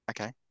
Okay